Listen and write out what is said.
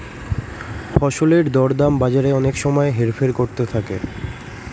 ফসলের দর দাম বাজারে অনেক সময় হেরফের করতে থাকে